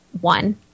one